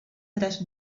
tres